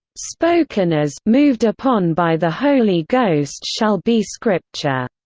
spoken as moved upon by the holy ghost shall be scripture.